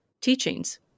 teachings